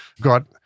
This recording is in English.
got